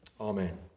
Amen